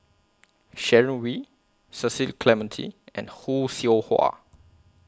Sharon Wee Cecil Clementi and Khoo Seow Hwa